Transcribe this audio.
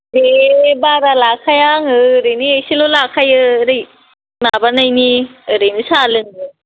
दे बारा लाखाया आङो ओरैनो इसेल' लाखायो ओरै माबानायनि ओरैनो साहा लोंनो